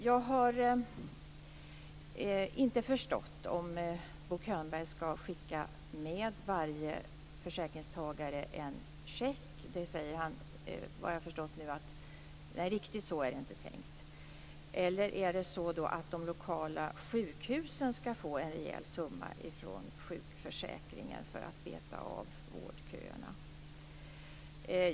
Jag har inte förstått om Bo Könberg skall skicka med varje försäkringstagare en check - såvitt jag förstår säger han nu att det inte är tänkt riktigt så - eller är det tänkt att de lokala sjukhusen skall få en rejäl summa från sjukförsäkringen för att beta av vårdköerna?